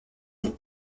les